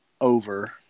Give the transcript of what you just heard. over –